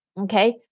okay